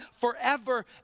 forever